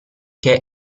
ché